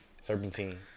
Serpentine